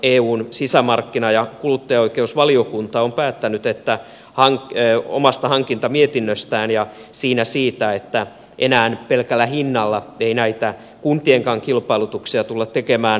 eun sisämarkkina ja kuluttajaoikeusvaliokunta on päättänyt omasta hankintamietinnöstään ja siinä siitä että enää pelkällä hinnalla ei näitä kuntienkaan kilpailutuksia tulla tekemään